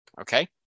Okay